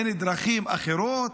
אין דרכים אחרות?